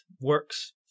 works